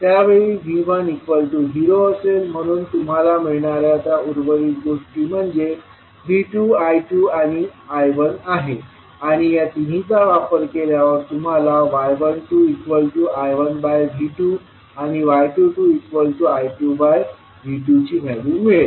त्या वेळी V1 0 असेल म्हणून तुम्हाला मिळणाऱ्या त्या उर्वरित गोष्टी म्हणजे V2 I2आणि I1आहे आणि या तिन्हीचा वापर केल्यास तुम्हाला y12I1V2 आणि y22I2V2ची व्हॅल्यू मिळेल